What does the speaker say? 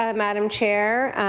ah madam chair.